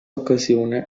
occasione